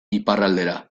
iparraldera